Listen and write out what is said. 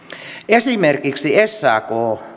esimerkiksi sakn